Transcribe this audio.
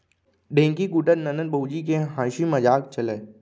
ढेंकी कूटत ननंद भउजी के हांसी मजाक चलय